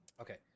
Okay